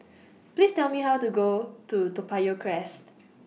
Please Tell Me How to Go to Toa Payoh Crest